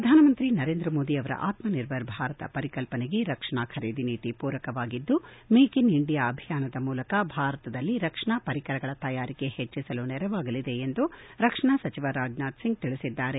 ಪ್ರಧಾನಮಂತ್ರಿ ನರೇಂದ್ರ ಮೋದಿ ಅವರ ಆತ್ಮ ನಿರ್ಭರ್ ಭಾರತ ಪರಿಕಲ್ಪನೆಗೆ ರಕ್ಷಣಾ ಖರೀದಿ ನೀತಿ ಮೂರಕವಾಗಿದ್ದು ಮೇಕ್ ಇನ್ ಇಂಡಿಯಾ ಅಭಿಯಾನದ ಮೂಲಕ ಭಾರತದಲ್ಲಿ ರಕ್ಷಣಾ ಪರಿಕರಗಳ ತಯಾರಿಕೆ ಹೆಚ್ಚಿಸಲು ನೆರವಾಗಲಿದೆ ಎಂದು ರಕ್ಷಣಾ ಸಚಿವ ರಾಜನಾಥ್ಸಿಂಗ್ ತಿಳಿಸಿದ್ದಾರೆ